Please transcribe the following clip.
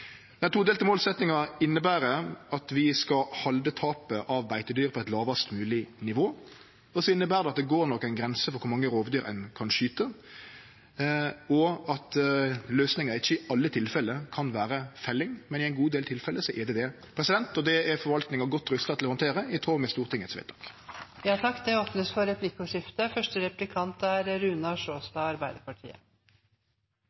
Den todelte målsetjinga inneber at vi skal halde tapet av beitedyr på eit lågast mogleg nivå, og så inneber det at det nok går ei grense for kor mange rovdyr ein kan skyte, og at løysinga ikkje i alle tilfelle kan vere felling. Men i ein god del tilfelle er det det, og det er forvaltinga godt rusta til å handtere, i tråd med Stortingets vedtak. Det blir replikkordskifte. Statsråden nevnte forskning. Nå er